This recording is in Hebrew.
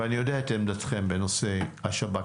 ואני יודע את עמדתכם בנושא השב"כ,